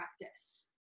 practice